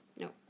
No